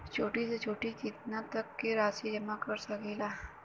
छोटी से छोटी कितना तक के राशि जमा कर सकीलाजा?